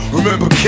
Remember